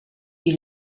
die